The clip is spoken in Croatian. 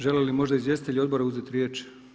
Želi li možda izvjestitelj odbora uzeti riječ?